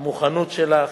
המוכנות שלך,